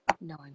no